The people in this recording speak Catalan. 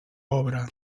obra